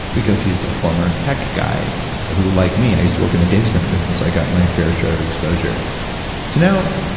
because he is a former tech guy who, like me, i used to work in the data center business. i got my fair share of exposure so now,